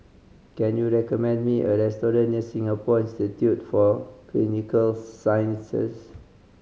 can you recommend me a restaurant near Singapore Institute for Clinical Sciences